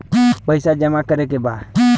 पैसा जमा करे के बा?